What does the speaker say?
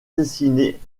dessinée